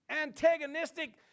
antagonistic